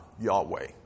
Yahweh